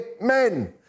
men